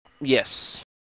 Yes